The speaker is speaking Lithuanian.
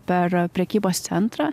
per prekybos centrą